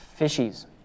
fishies